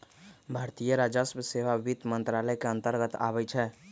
भारतीय राजस्व सेवा वित्त मंत्रालय के अंतर्गत आबइ छै